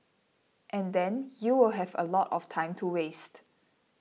and then you will have a lot of time to waste